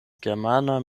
germana